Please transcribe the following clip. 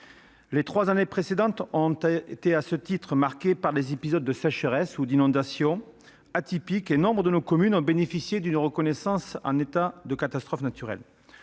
Les trois années précédentes ont, à ce titre, été marquées par des épisodes de sécheresse et d'inondation atypiques, et nombre de nos communes ont bénéficié d'une reconnaissance en état de catastrophe naturelle.